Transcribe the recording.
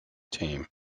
team